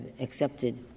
accepted